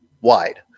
wide